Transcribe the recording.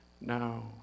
now